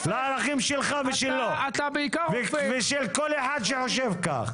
לערכים שלך ושלו ושל כל אחד שחושב כך.